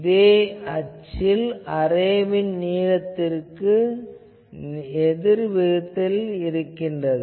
இது அச்சில் அரேவின் நீளத்திற்கு எதிர்விகிதத்தில் இருக்கிறது